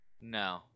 no